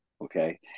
okay